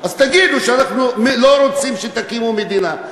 אז תגידו ש"אנחנו לא רוצים שתקימו מדינה".